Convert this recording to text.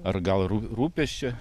ar gal rū rūpesčio